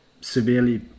severely